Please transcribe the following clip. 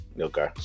okay